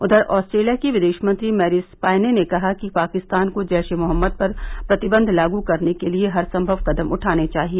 उधर ऑस्ट्रेलिया की विदेश मंत्री मैरिस पायने ने कहा कि पाकिस्तान को जैश ए मोहम्मद पर प्रतिबंध लागू करने के लिए हर संभव कदम उठाने चाहिए